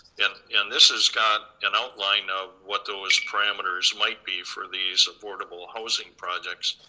and and this has got an outline of what those parameters might be for these affordable housing projects.